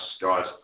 guys